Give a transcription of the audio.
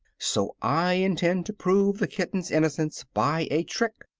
so i intend to prove the kitten's innocence by a trick.